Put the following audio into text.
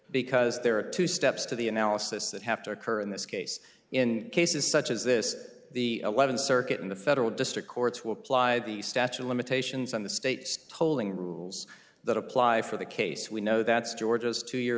because there are two steps to the analysis that have to occur in this case in cases such as this the eleventh circuit in the federal district courts will apply the statue of limitations on the states holding rules that apply for the case we know that's georgia's to y